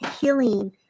healing